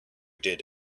did